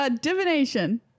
Divination